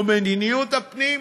או מדיניות הפנים,